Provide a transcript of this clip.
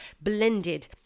blended